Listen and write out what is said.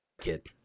kid